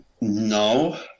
No